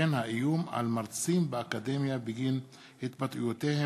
האיום על מרצים באקדמיה בגין התבטאויותיהם.